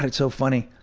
but so funny.